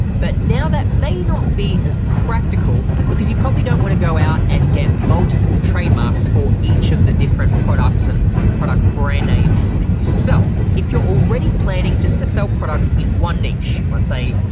but now that may not be as practical, because you probably don't wanna go out and get multiple trademarks for each of the different products and product brand names that you sell. if you're already planning just to sell so products in one niche let's say,